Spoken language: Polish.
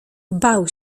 bał